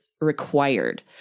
required